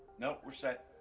no, we're set.